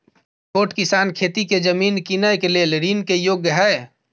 की छोट किसान खेती के जमीन कीनय के लेल ऋण के योग्य हय?